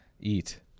Eat